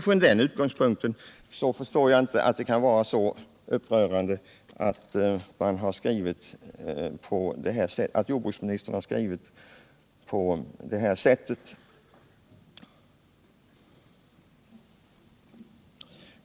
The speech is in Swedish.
Från den utgångspunkten förstår jag inte att jordbruksministerns skrivning kan vara så upprörande.